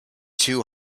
too